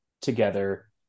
together